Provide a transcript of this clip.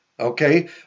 okay